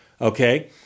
Okay